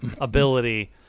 ability